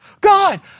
God